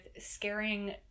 scaring